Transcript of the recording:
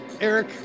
Eric